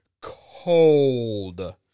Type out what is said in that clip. cold